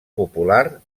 popular